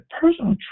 personal